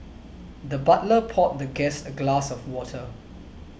the butler poured the guest a glass of water